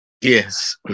Yes